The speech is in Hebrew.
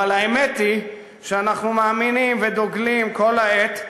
אבל האמת היא שאנחנו מאמינים ודוגלים כל העת,